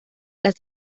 las